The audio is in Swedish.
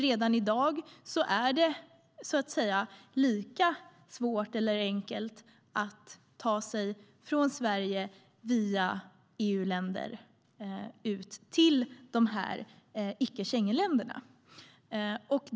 Redan i dag är det, så att säga, lika svårt eller enkelt att ta sig från Sverige, via EU-länder, ut till icke-Schengenländerna.